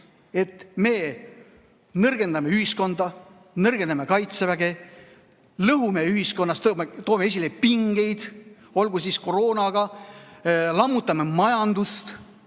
et me nõrgendame ühiskonda, nõrgendame kaitseväge, lõhume ühiskonda, toome esile pingeid, olgu või koroonaga, lammutame majandust.